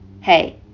Hey